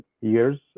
years